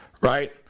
right